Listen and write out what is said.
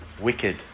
wicked